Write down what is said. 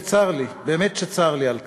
וצר לי, באמת צר לי על כך,